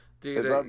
Dude